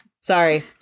Sorry